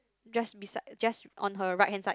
just beside just on her right hand side